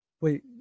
Wait